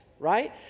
right